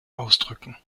ausdrücken